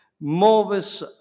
moves